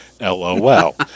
LOL